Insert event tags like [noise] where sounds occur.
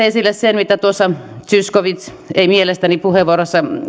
[unintelligible] esille sen mitä tuossa zyskowicz ei mielestäni puheenvuorossaan